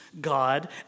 God